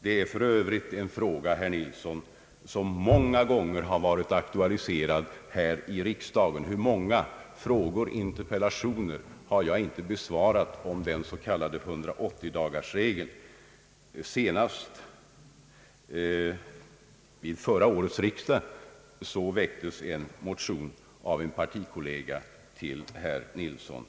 Det är för övrigt en fråga, herr Nilsson, som många gånger har varit aktualiserad här i riksdagen. Hur många frågor och interpellationer har jag inte besvarat om den s.k. 180 dagarsregeln! Och senast vid förra årets riksdag väcktes en motion i den här frågan av en partikollega till herr Nilsson.